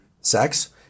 sex